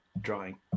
drawing